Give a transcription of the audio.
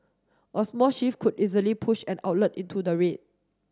a small shift could easily push an outlet into the red